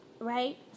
Right